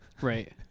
right